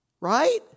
Right